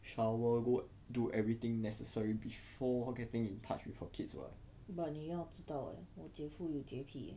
but 你要知道 leh 我姐夫有洁癖 leh